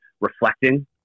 reflecting